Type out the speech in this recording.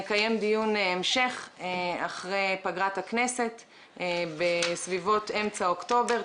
נקיים דיון המשך אחרי פגרת הכנסת באמצע אוקטובר,